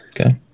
Okay